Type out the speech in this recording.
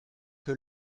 que